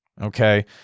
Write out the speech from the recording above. Okay